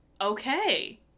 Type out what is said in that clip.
Okay